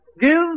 Give